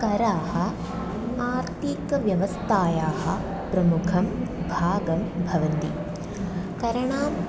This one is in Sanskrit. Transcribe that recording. कराः आर्थिकव्यवस्थायाः प्रमुखं भागं भवन्ति कराणम्